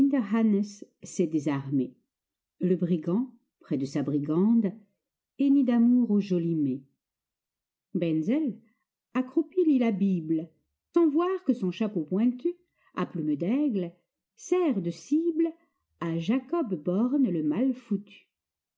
s'est désarmé le brigand près de sa brigande hennit d'amour au joli mai benzel accroupi lit la bible sans voir que son chapeau pointu à plume d'aigle sert de cible à jacob born le mal foutu